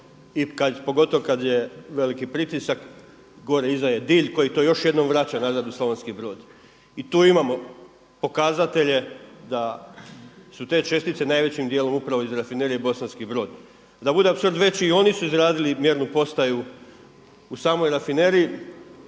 I pogotovo kad je veliki pritisak gore iza je Dilj koji to još jednom vraća nazad u Slavonski Brod. I tu imamo pokazatelje da su te čestice najvećim dijelom upravo iz Rafinerije Bosanski Brod. Da bude apsurd veći i oni su izradili mjernu postaju u samoj Rafineriji,